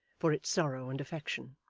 for its sorrow and affection.